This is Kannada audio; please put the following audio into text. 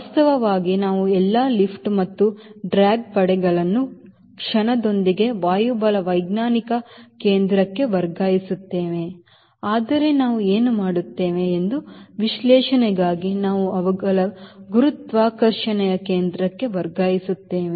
ವಾಸ್ತವವಾಗಿ ನಾವು ಎಲ್ಲಾ ಲಿಫ್ಟ್ ಮತ್ತು ಡ್ರ್ಯಾಗ್ ಪಡೆಗಳನ್ನು ಕ್ಷಣದೊಂದಿಗೆ ವಾಯುಬಲವೈಜ್ಞಾನಿಕ ಕೇಂದ್ರಕ್ಕೆ ವರ್ಗಾಯಿಸುತ್ತೇವೆ ಆದರೆ ನಾವು ಏನು ಮಾಡುತ್ತೇವೆ ಎಂದು ವಿಶ್ಲೇಷಣೆಗಾಗಿ ನಾವು ಅವುಗಳನ್ನು ಗುರುತ್ವಾಕರ್ಷಣೆಯ ಕೇಂದ್ರಕ್ಕೆ ವರ್ಗಾಯಿಸುತ್ತೇವೆ